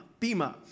bima